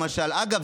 למשל אגב,